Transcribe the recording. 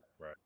right